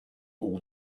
all